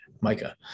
Micah